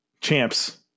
Champs